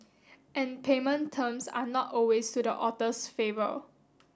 and payment terms are not always to the author's favour